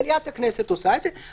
מליאת הכנסת עושה את זה.